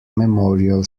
memorial